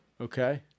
Okay